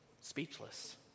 speechless